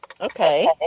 Okay